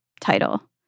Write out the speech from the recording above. title